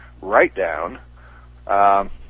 write-down